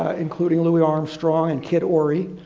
ah including louie armstrong and kid ory.